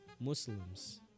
Muslims